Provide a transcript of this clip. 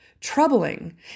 Troubling